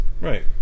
Right